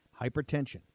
Hypertension